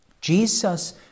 Jesus